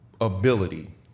ability